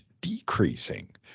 decreasing